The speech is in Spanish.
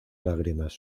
lágrimas